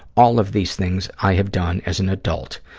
all of these things i have done as an adult,